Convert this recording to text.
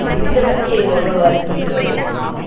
bill வந்து எவ்வளவு ஆயிச்சுன்னு சொல்லுங்கோ